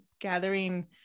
gathering